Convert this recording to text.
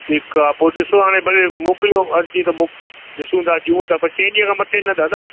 ठीकु आहे पोइ ॾिसो हाणे भले मोकिलियो अर्ज़ी त पोइ ॾिसूं था ॾियूंव था पर चइनि ॾींहनि खां मथे न दादा